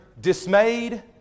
dismayed